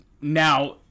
now